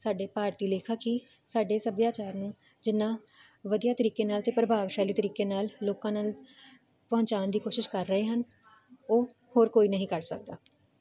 ਸਾਡੀ ਭਾਰਤੀ ਲੇਖਕ ਹੀ ਸਾਡੇ ਸਭਿਆਚਾਰ ਨੂੰ ਜਿੰਨਾਂ ਵਧੀਆ ਤਰੀਕੇ ਨਾਲ ਤੇ ਪ੍ਰਭਾਵਸ਼ਾਲੀ ਤਰੀਕੇ ਨਾਲ ਲੋਕਾਂ ਨਾਲ ਪਹੁੰਚਾਉਣ ਦੀ ਕੋਸ਼ਿਸ਼ ਕਰ ਰਹੇ ਹਨ ਉਹ ਹੋਰ ਕੋਈ ਨਹੀਂ ਕਰ ਸਕਦਾ